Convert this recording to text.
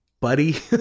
buddy